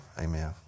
Amen